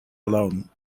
alone